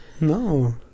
No